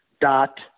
dot